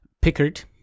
Pickard